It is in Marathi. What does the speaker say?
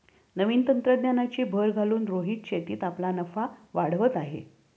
नवीन तंत्रज्ञानाची भर घालून रोहन शेतीत आपला नफा वाढवत आहे